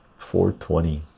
420